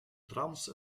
trams